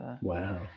Wow